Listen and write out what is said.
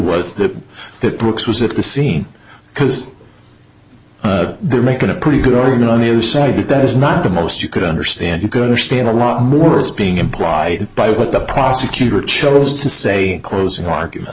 was that that brooks was at the scene because they're making a pretty good argument on the other side but that is not the most you could understand you could understand a lot more as being implied by what the prosecutor chose to say closing argument